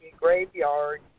graveyard